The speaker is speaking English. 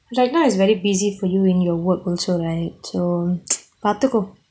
right now it's very busy for you and your work also right so பாத்துக்கோ:paathuko